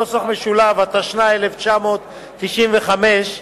התשנ"ה 1995,